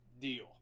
deal